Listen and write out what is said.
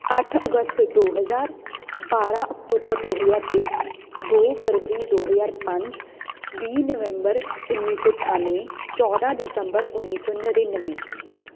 ਅੱਠ ਅਗਸਤ ਦੋ ਹਜ਼ਾਰ ਬਾਰਾਂ ਅਕਤੂਬਰ ਦੋ ਹਜ਼ਾਰ ਇੱਕ ਦੋ ਫਰਵਰੀ ਦੋ ਹਜ਼ਾਰ ਪੰਜ ਵੀਹ ਨਵੰਬਰ ਉੱਨੀ ਸੌ ਅਠਾਨਵੇਂ ਚੌਦਾਂ ਦਸੰਬਰ ਉੱਨੀ ਸੌ ਨੜ੍ਹਿਨਵੇਂ